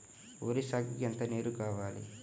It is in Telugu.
వరి సాగుకు ఎంత నీరు కావాలి?